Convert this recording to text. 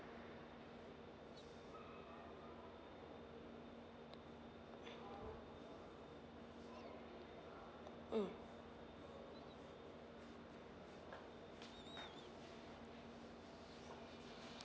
mm